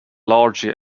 largely